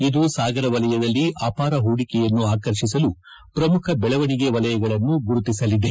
ಇದು ಸಾಗರ ವಲಯದಲ್ಲಿ ಅಪಾರ ಹೂಡಿಕೆಯನ್ನು ಆಕರ್ಷಿಸಲು ಪ್ರಮುಖ ಬೆಳವಣಿಗೆ ವಲಯಗಳನ್ನು ಗುರುತಿಸಲಿದೆ